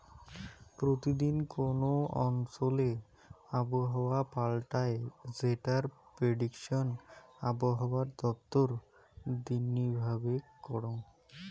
প্রতি দিন কোন অঞ্চলে আবহাওয়া পাল্টায় যেটার প্রেডিকশন আবহাওয়া দপ্তর দিননি ভাবে করঙ